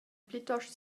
plitost